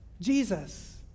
Jesus